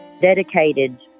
dedicated